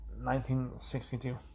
1962